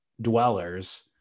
dwellers